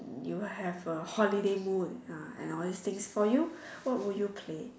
you have a holiday mood ah and all these things for you what would you play